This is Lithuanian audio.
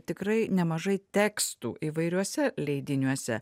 tikrai nemažai tekstų įvairiuose leidiniuose